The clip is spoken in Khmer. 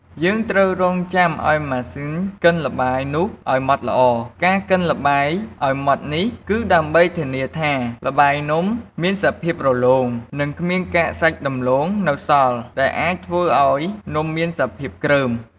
យើងត្រូវរង់ចាំឱ្យម៉ាស៊ីនកិនល្បាយនោះឱ្យម៉ត់ល្អ ការកិនល្បាយឱ្យម៉ត់នេះ គឺដើម្បីធានាថាល្បាយនំមានសភាពរលោង និងគ្មានកាកសាច់ដំឡូងនៅសល់ ដែលអាចធ្វើឱ្យនំមានសភាពគ្រើម។